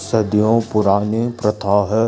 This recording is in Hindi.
सदियों पुरानी प्रथा है?